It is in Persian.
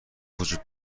وجود